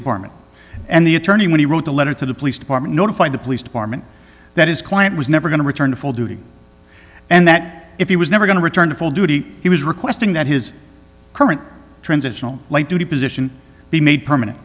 department and the attorney when he wrote a letter to the police department notified the police department that his client was never going to return to full duty and that if he was never going to return to full duty he was requesting that his current transitional light duty position be made permanent